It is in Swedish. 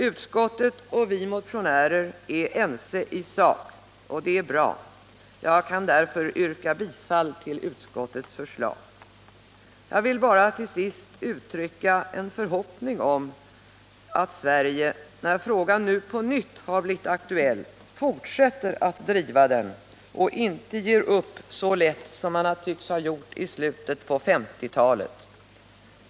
Utskottet och vi motionärer är ense i sak, och det är bra. Jag kan därför yrka bifall till utskottets hemställan. Jag vill bara till sist uttrycka en förhoppning om att Sverige, när frågan nu på nytt har blivit aktuell, fortsätter att driva den och inte ger upp så lätt som man tycks ha gjort i slutet på 1950-talet.